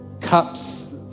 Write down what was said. cups